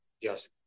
Yes